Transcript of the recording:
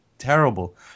terrible